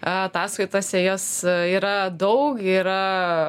ataskaitose jos yra daug yra